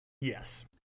Yes